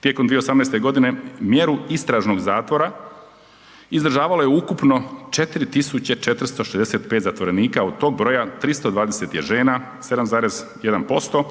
Tijekom 2018. godine mjeru istražnog zatvora izdržavalo je ukupno 4465 zatvorenika od tog broja 320 je žena 7,1%.